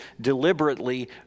deliberately